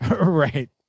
Right